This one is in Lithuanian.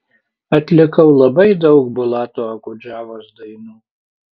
atlikau labai daug bulato okudžavos dainų